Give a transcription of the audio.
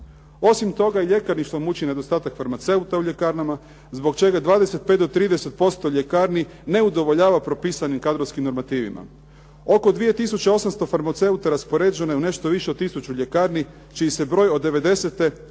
Osim toga i ljekarništvo muči i nedostatak farmaceuta u ljekarnama zbog čega 25 do 30% ljekarni ne udovoljava propisanim kadrovskim normativima. Oko 2 tisuće 800 farmaceuta raspoređeno je u nešto više od tisuću ljekarni, čiji se broj od '90. kada je